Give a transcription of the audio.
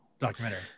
documentary